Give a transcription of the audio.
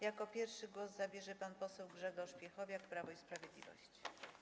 Jako pierwszy głos zabierze pan poseł Grzegorz Piechowiak, Prawo i Sprawiedliwość.